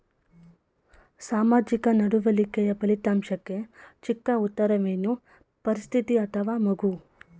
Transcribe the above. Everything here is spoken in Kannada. ಸಾಮಾಜಿಕ ನಡವಳಿಕೆಯ ಫಲಿತಾಂಶಕ್ಕೆ ಚಿಕ್ಕ ಉತ್ತರವೇನು? ಪರಿಸ್ಥಿತಿ ಅಥವಾ ಮಗು?